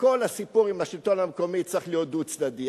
כל הסיפור עם השלטון המקומי צריך להיות דו-צדדי.